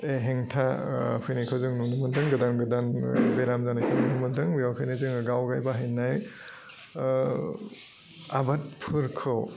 हेंथा फैनायखौ जों नुनो मोनदों गोदान गोदान बेराम जानायखौ नुनो मोनदों बेयावखायनो जोङो गावनो बाहायनाय ओह आबादफोरखौ